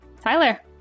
Tyler